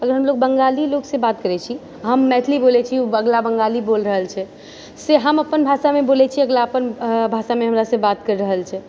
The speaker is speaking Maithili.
अगर हम लोग बंगाली लोग से बात करै छी हम मैथिली बोलय छी ओ बंगला बंगाली बोलि रहल छै से हम अपन भाषामे बोलय छियै अगला अपन भाषामे हमरा से बात करि रहल छै